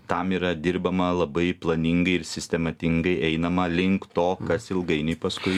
tam yra dirbama labai planingai ir sistematingai einama link to kas ilgainiui paskui